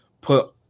put